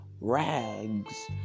rags